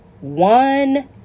one